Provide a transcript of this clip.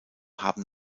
haben